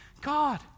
God